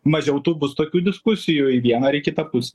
mažiau tų bus tokių diskusijų į vieną ar į kitą pusę